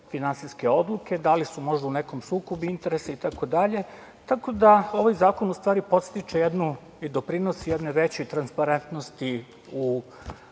finansijske odluke, da li su možda u nekom sukobu interesa, itd. Tako da, ovaj zakon u stvari podstiče i doprinosi jednoj većoj transparentnosti u